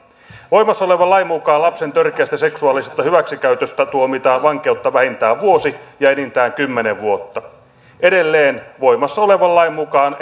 voimassa olevan lain mukaan lapsen törkeästä seksuaalisesta hyväksikäytöstä tuomitaan vankeutta vähintään vuosi ja enintään kymmenen vuotta edelleen voimassa olevan lain mukaan